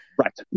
right